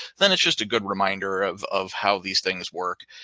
then it's just a good reminder of of how these things work.